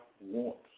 wants